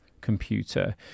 Computer